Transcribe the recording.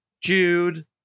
Jude